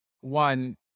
one